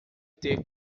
ter